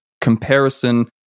comparison